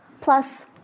plus